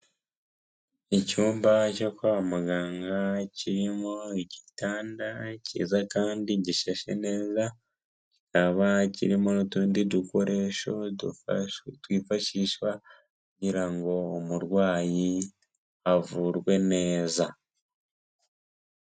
Icyumba cyo kwa muganga kirimo igitanda cyiza kandi gisheshe neza, cyikaba cyirimo n'utundi dukoresho twifashishwa, kugira ngo umurwayi avurwe neza.